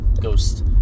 ghost